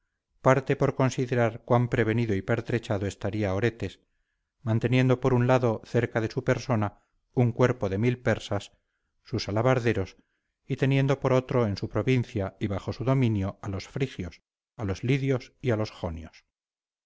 parte por considerar cuán prevenido y pertrechado estaría oretes manteniendo por un lado cerca de su persona un cuerpo de mil persas sus alabarderos y teniendo por otro en su provincia y bajo su dominio a los frigios a los lidios y a los jonios